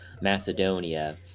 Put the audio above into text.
Macedonia